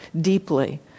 deeply